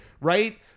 Right